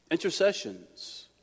intercessions